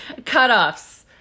cutoffs